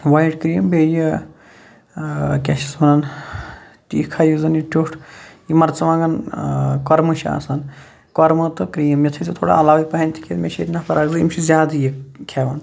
white cream بیٚیہِ یہِ کیاہ چھِ اَتھ وَنان تیٖکھا یُس زَن یہِ ٹیوٚٹھ یہِ مَرژٕوانگن کۄرمہٕ چھُ آسان کۄرمہٕ تہٕ کریٖم یَتھ چھُ تھوڑا علاوٕے پَہن بَنہٕ تہِ کیٚنہہ مےٚ چھِ ییٚتہِ نَفر یِم چھِ زیادٕ یہِ کھٮ۪وان